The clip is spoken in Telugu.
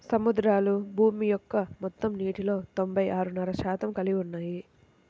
సముద్రాలు భూమి యొక్క మొత్తం నీటిలో తొంభై ఆరున్నర శాతం కలిగి ఉన్నాయి